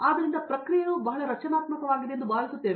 ಆದ್ದರಿಂದ ಪ್ರಕ್ರಿಯೆಯು ಬಹಳ ರಚನೆಯಾಗಿದೆ ಎಂದು ಭಾವಿಸುತ್ತದೆ